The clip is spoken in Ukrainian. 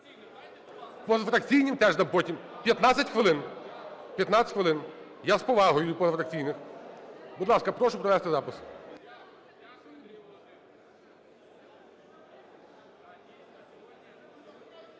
Позафракційним теж дам потім 15 хвилин. 15 хвилин. Я з повагою, позафракційні. Будь ласка, прошу провести запис.